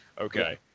Okay